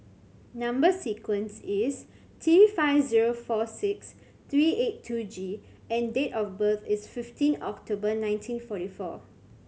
number sequence is T five zero four six three eight two G and date of birth is fifteen October nineteen forty four